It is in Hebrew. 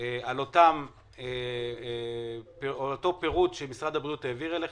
על אותו פירוט שמשרד הבריאות העביר לכם,